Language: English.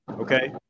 Okay